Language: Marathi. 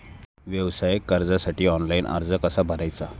व्यवसाय कर्जासाठी ऑनलाइन अर्ज कसा भरायचा?